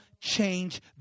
change